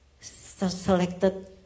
selected